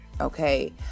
okay